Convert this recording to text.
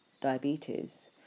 diabetes